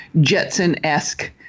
Jetson-esque